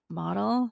model